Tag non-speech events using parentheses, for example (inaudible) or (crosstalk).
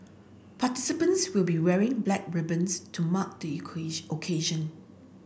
participants will be wearing black ribbons to mark the (unintelligible) occasion